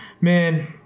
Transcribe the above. man